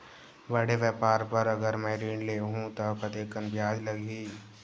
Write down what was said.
बड़े व्यापार बर अगर मैं ऋण ले हू त कतेकन ब्याज लगही?